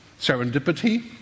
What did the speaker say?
serendipity